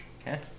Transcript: Okay